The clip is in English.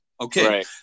Okay